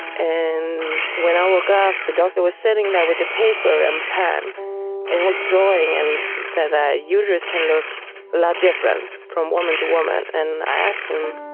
and when i woke up the doctor was sitting there with a paper and pen and he was drawing and said that the uterus can look a lot different from woman to woman. and i asked him,